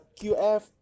QF